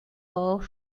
auch